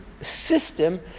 System